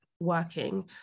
working